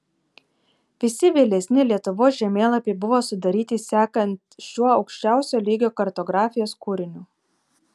visi vėlesni lietuvos žemėlapiai buvo sudaryti sekant šiuo aukščiausio lygio kartografijos kūriniu